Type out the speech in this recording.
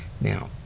Now